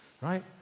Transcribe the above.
right